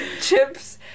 chips